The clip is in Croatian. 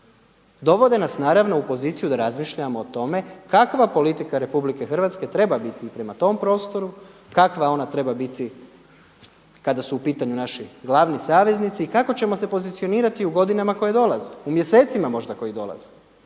dovode nas naravno u poziciju da razmišljamo o tome kakva politika RH treba biti prema tom prostoru, kakva ona treba biti kada su u pitanju naši glavni saveznici i kako ćemo se pozicionirati u godinama koje dolaze u mjesecima možda koji dolaze,